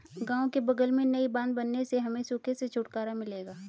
गांव के बगल में नई बांध बनने से हमें सूखे से छुटकारा मिलेगा